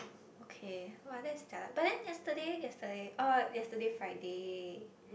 okay !wah! that's jialat but then yesterday yesterday oh yesterday Friday